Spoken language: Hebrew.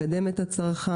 לקדם את הצרכן,